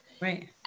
Right